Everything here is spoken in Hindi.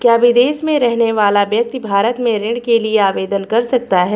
क्या विदेश में रहने वाला व्यक्ति भारत में ऋण के लिए आवेदन कर सकता है?